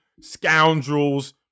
scoundrels